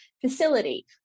facility